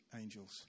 angels